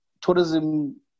tourism